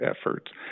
Efforts